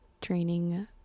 training